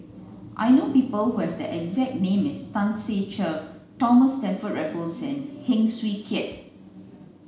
I know people who have the exact name as Tan Ser Cher Thomas Stamford Raffles and Heng Swee Keat